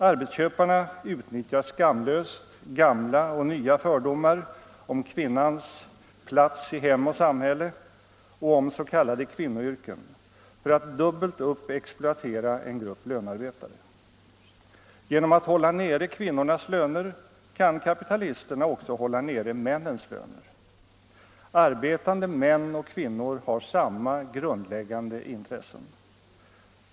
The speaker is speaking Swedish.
Arbetsköparna utnyttjar skamlöst gamla och nya fördomar om kvinnans ”plats i hem och samhälle” och om s.k. kvinnoyrken för att dubbelt upp exploatera en grupp lönarbetare. Genom att hålla nere kvinnornas löner kan kapitalisterna också hålla nere männens löner. Arbetande män och kvinnor har samma grundläggande intressen.